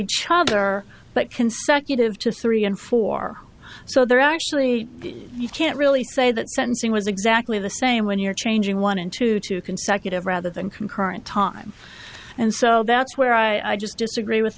each other but consecutive to three and four so they're actually you can't really say that sentencing was exactly the same when you're changing one into two consecutive rather than concurrent time and so that's where i just disagree with